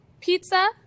pizza